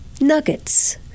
nuggets